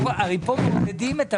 אנחנו מעודדים את הבנייה.